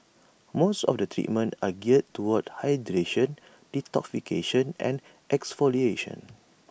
most of the treatments are geared toward hydration detoxification and exfoliation